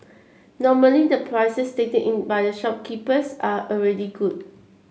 normally the prices stated in by the shopkeepers are already good